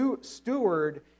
steward